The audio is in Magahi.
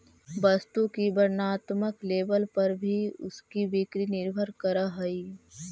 वस्तु की वर्णात्मक लेबल पर भी उसकी बिक्री निर्भर करअ हई